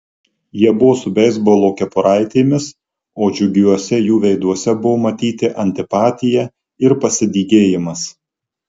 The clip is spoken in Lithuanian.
jie buvo su beisbolo kepuraitėmis o džiugiuose jų veiduose buvo matyti antipatija ir pasidygėjimas